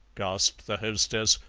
gasped the hostess,